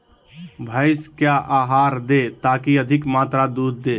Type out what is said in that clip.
भैंस क्या आहार दे ताकि अधिक मात्रा दूध दे?